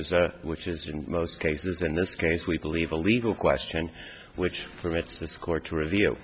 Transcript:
is which is in most cases in this case we believe a legal question which permits the score to review